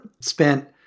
Spent